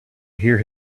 hear